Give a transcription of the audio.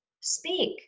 speak